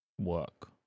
work